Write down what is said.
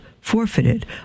forfeited